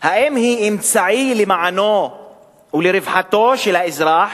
אם הן אמצעי למענו ולרווחתו של האזרח